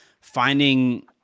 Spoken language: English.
finding